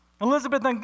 Elizabeth